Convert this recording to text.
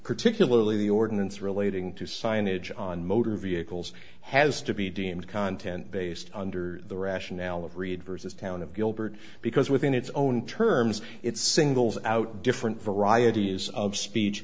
particularly the ordinance relating to signage on motor vehicles has to be deemed content based under the rationale of read versus town of gilbert because within its own terms it singles out different varieties of speech